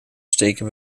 steken